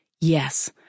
Yes